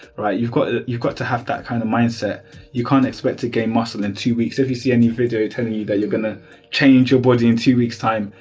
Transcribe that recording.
right? you've got you've got to have that kind of mindset you can't expect to gain muscle in two weeks if you see any video telling you that you're gonna change your body in two weeks time.